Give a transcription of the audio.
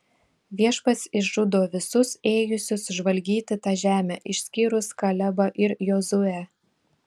viešpats išžudo visus ėjusius žvalgyti tą žemę išskyrus kalebą ir jozuę